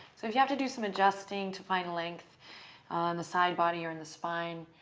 so if you have to do some adjusting to find length on the side body or in the spine,